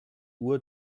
uhr